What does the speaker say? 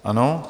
Ano.